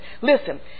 Listen